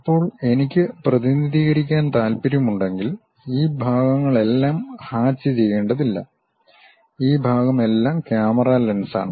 ഇപ്പോൾ എനിക്ക് പ്രതിനിധീകരിക്കാൻ താൽപ്പര്യമുണ്ടെങ്കിൽ ഈ ഭാഗമെല്ലാം ഹാച്ച് ചെയ്യേണ്ടതില്ല ഈ ഭാഗമെല്ലാം ക്യാമറ ലെൻസാണ്